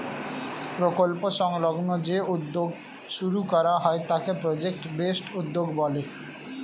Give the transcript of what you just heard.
প্রকল্প সংলগ্ন যে উদ্যোগ শুরু করা হয় তাকে প্রজেক্ট বেসড উদ্যোগ বলে